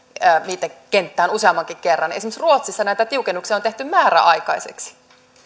viitekenttään useammankin kerran esimerkiksi ruotsissa näitä tiukennuksia on tehty määräaikaisiksi